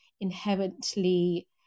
inherently